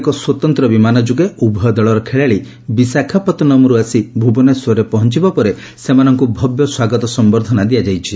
ଏକ ସ୍ୱତନ୍ତ ବିମାନ ଯୋଗେ ଉଭୟ ଦଳର ଖେଳାଳି ବିଶାଖାପଟ୍ଟନମ୍ରୁ ଆସି ଭୁବନେଶ୍ୱରରେ ପହଞ୍ ବା ପରେ ସେମାନଙ୍କୁ ଭବ୍ୟ ସ୍ୱାଗତ ସମ୍ୟର୍ଦ୍ଧନା ଦିଆଯାଇଛି